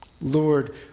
Lord